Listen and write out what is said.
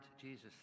Jesus